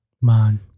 Man